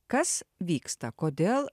kas vyksta kodėl